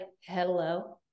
Hello